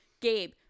Gabe